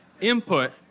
input